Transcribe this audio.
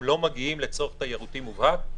הם לא מגיעים לצורך תיירותי מובהק,